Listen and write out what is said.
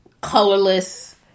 colorless